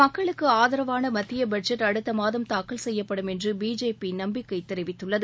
மக்களுக்கு ஆதரவாள மத்திய பட்ஜெட் அடுத்த மாதம் தூக்கல் செய்யப்படும் என்று பிஜேபி நம்பிக்கை தெரிவித்துள்ளது